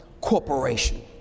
corporation